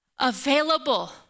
available